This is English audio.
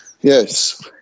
Yes